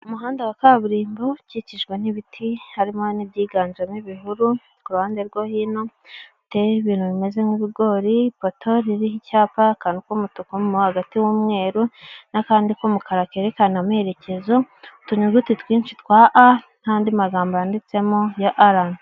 Umuhanda wa kaburimbo, ukikijwe n'ibiti, harimo n'ibyiganjemo ibihuru, ku ruhande rwo hino, hateyeho ibintu bimeze nk'ibigori, ipoto riho icyapa, akantu k'umutuku mo hagati h'umweru, n'akandi k'umukara kerekana amerekezo, utunyuguti twinshi twa "A" n'andi magambo yanditsemo ya arani.